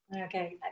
Okay